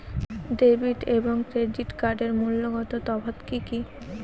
Debit এবং credit কার্ডের মূলগত তফাত কি কী?